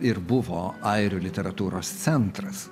ir buvo airių literatūros centras